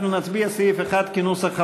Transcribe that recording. אנחנו נצביע על סעיף 1, כנוסח הוועדה,